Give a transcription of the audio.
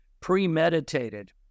premeditated